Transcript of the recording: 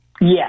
Yes